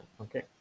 Okay